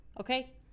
okay